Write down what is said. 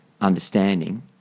understanding